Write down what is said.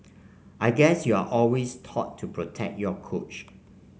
I guess you're always taught to protect your coach